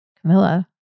Camilla